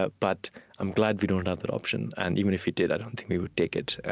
ah but i'm glad we don't have that option, and even if we did, i don't think we would take it